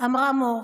אמרה מור.